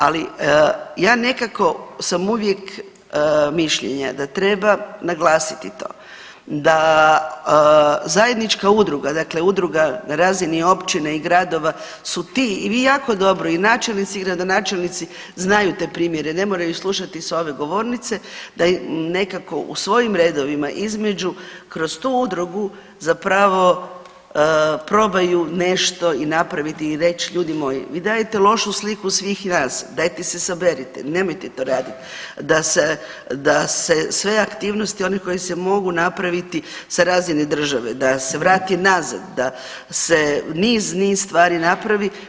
Ali ja nekako sam uvijek mišljenja da treba naglasiti to da zajednička udruga, dakle udruga na razini općine i gradova su ti i vi jako dobro i načelnici i gradonačelnici znaju te primjere, ne moraju slušati s ove govornice da nekako u svojim redovima između kroz tu udrugu zapravo probaju nešto i napraviti i reć, ljudi moji vi dajete lošu sliku svih nas, dajte se saberite, nemojte to radit, da se sve aktivnosti one koje se mogu napraviti sa razine države da se vrati nazad, da se niz, niz stvari napravi.